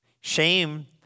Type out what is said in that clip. Shame